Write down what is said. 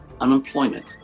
unemployment